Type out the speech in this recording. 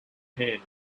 hand